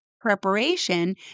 preparation